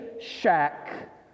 shack